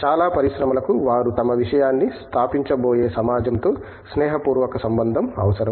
చాలా పరిశ్రమలకు వారు తమ విషయాన్ని స్థాపించబోయే సమాజంతో స్నేహపూర్వక సంబంధం అవసరం